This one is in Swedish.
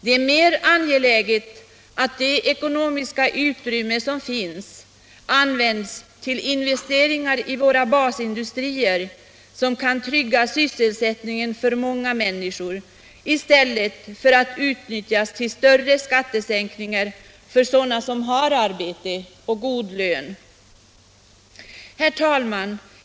Det är mer angeläget att det ekonomiska utrymme som finns används till investeringar i våra basindustrier, som kan trygga sysselsättningen för många människor, i stället för att utnyttjas till större skattesänkningar för sådana som har arbete och god lön. Herr talman!